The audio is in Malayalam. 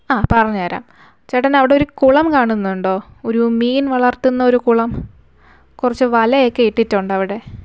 അ പറഞ്ഞു തരാം ചേട്ടന് അവിടെ ഒരു കുളം കാണുന്നുണ്ടോ ഒരു മീൻ വളർത്തുന്ന ഒരു കുളം കുറച്ചു വലയൊക്കെ ഇട്ടിട്ടുണ്ട് അവിടെ